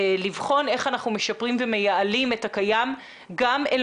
לבחון איך אנחנו משפרים ומייעלים את הקיים גם אל